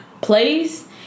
place